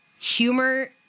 humor